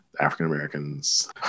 African-Americans